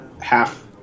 half